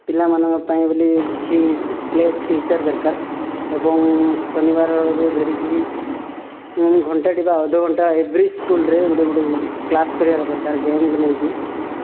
ପିଲାମାନଙ୍କ ପାଇଁ ବୋଲି କିଛି ପ୍ଲେ ଟିଚର୍ ଦରକାର ଏବଂ ଶନିବାରରୁ ଧରିକି ଘଣ୍ଟାଟେ ବା ଅଧଘଣ୍ଟା ଏଭ୍ରି ସ୍କୁଲରେ ଗୋଟେ ଗୋଟେ କ୍ଲାସ୍ କରିବାର ଦରକାର ଗେମ୍କୁ ନେଇକି